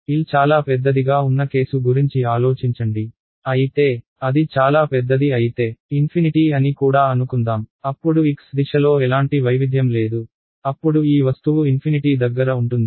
L చాలా పెద్దదిగా ఉన్న కేసు గురించి ఆలోచించండి అయితే అది చాలా పెద్దది అయితే ఇన్ఫినిటీ అని కూడా అనుకుందాం అప్పుడు x దిశలో ఎలాంటి వైవిధ్యం లేదు అప్పుడు ఈ వస్తువు ఇన్ఫినిటీ దగ్గర ఉంటుంది